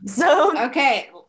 Okay